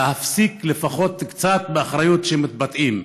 להפסיק ולקחת קצת אחריות כאשר מתבטאים.